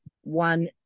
one